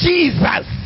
Jesus